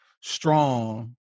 strong